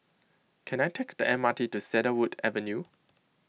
can I take the M R T to Cedarwood Avenue